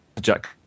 Jack